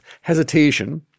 hesitation